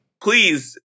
please